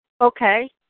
Okay